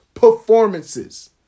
performances